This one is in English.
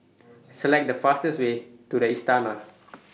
Select The fastest Way to The Istana